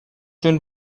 جون